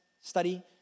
study